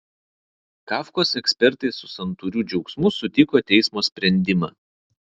kafkos ekspertai su santūriu džiaugsmu sutiko teismo sprendimą